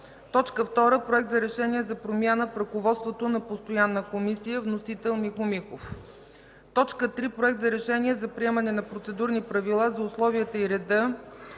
Михов. 2. Проект за решение за промяна в ръководството на постоянна комисия. Вносител: Михо Михов. 3. Проект за решение за приемане на процедурни правила за условията и реда